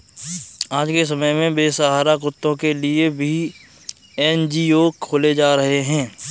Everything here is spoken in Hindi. आज के समय में बेसहारा कुत्तों के लिए भी एन.जी.ओ खोले जा रहे हैं